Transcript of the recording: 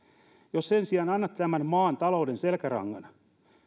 jos sen sijaan annatte tämän maan talouden selkärangan